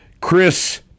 Chris